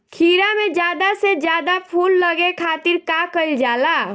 खीरा मे ज्यादा से ज्यादा फूल लगे खातीर का कईल जाला?